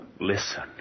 Listen